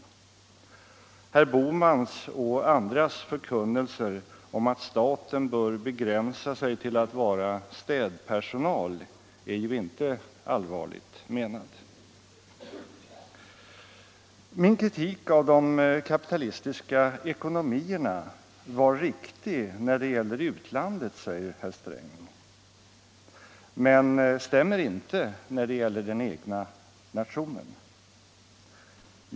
Herr Bohmans och andras förkunnelse om att staten bör begränsa sig till att vara städpersonal är ju inte allvarligt menad. Min kritik av de kapitalistiska ekonomierna var riktig när det gäller utlandet, säger herr Sträng, men stämmer inte när det gäller den egna nationen.